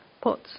pots